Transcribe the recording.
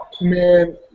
Man